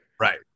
Right